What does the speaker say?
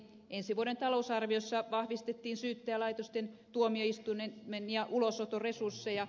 ensi vuoden talousarviossa vahvistettiin syyttäjälaitosten tuomioistuimen ja ulosoton resursseja